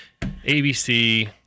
ABC